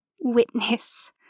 witness